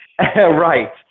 right